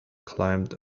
climbed